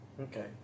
okay